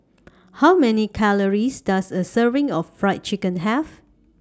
How Many Calories Does A Serving of Fried Chicken Have